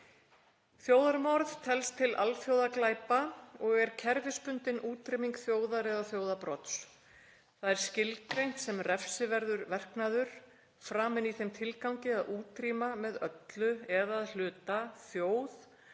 Þjóðarmorð telst til alþjóðaglæpa og er kerfisbundin útrýming þjóðar eða þjóðarbrots. Það er skilgreint sem refsiverður verknaður, framinn í þeim tilgangi að útrýma með öllu eða að hluta þjóð,